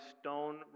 stone